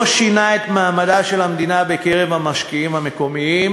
לא שינה את מעמדה של המדינה בקרב המשקיעים המקומיים